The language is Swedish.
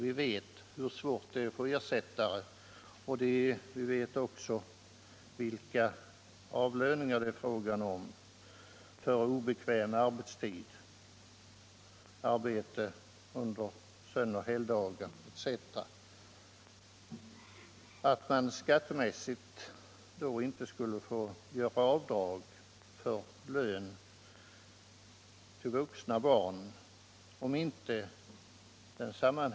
Vi vet hur svårt det är att få ersättare, och vi vet också vilka avlöningar det blir fråga om för obekväm arbetstid, t.ex. under söndagar och helgdagar. Att man i sådana fall inte skulle få göra avdrag för lön till vuxna barn verkar ju ytterst egendomligt.